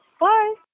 Bye